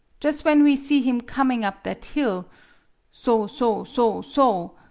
jus' when we see him coming up that hill so so so so,